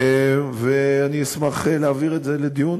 אני אשמח להעביר את זה לדיון,